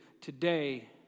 Today